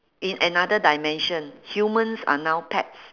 in another dimension humans are now pets